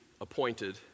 appointed